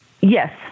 Yes